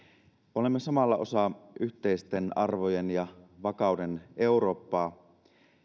olemme samalla osa yhteisten arvojen ja vakauden eurooppaa